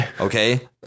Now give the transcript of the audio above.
Okay